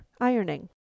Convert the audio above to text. ironing